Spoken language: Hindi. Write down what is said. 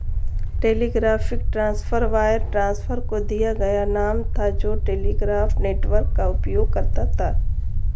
टेलीग्राफिक ट्रांसफर वायर ट्रांसफर को दिया गया नाम था जो टेलीग्राफ नेटवर्क का उपयोग करता था